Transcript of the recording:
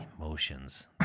Emotions